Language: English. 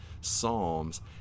psalms